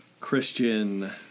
Christian